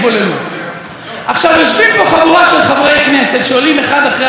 יושבים פה חבורה של חברי כנסת שעולים אחד אחרי השני ומדברים עלינו,